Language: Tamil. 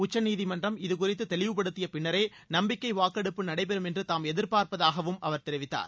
உச்சநீதிமன்றம் இதுகுறித்து தெளிவுப்படுத்திய பின்னரே நம்பிக்கை வாக்கெடுப்பு நடைபெறும் என்று தாம் எதிர்பார்ப்பதாகவும் அவர் தெரிவித்தார்